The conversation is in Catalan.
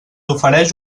ofereix